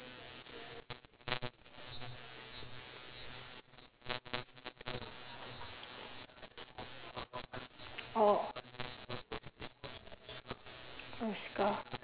oh what's ska